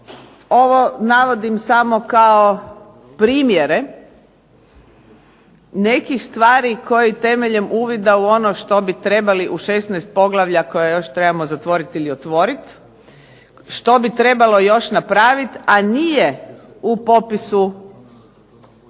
ovo navodim samo kao primjere nekih stvari koje temeljem uvida u ono što bi trebali u 16 poglavlja koje još trebamo zatvoriti ili otvoriti, što bi trebalo još napravit a nije u popisu